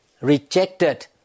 rejected